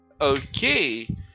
Okay